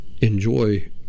enjoy